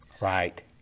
Right